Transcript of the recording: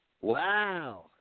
Wow